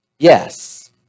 Yes